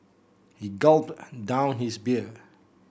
he gulped down his beer